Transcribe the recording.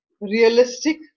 realistic